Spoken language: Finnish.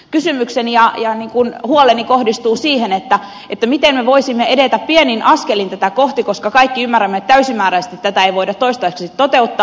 kysymykseni ja huoleni kohdistuvat siihen miten me voisimme edetä pienin askelin tätä kohti koska kaikki ymmärrämme että täysimääräisesti tätä ei voida toistaiseksi toteuttaa